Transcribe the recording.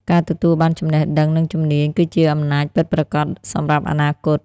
ការទទួលបានចំណេះដឹងនិងជំនាញគឺជាអំណាចពិតប្រាកដសម្រាប់អនាគត។